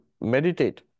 meditate